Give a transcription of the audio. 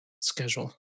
schedule